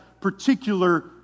particular